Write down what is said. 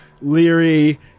leary